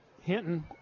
Hinton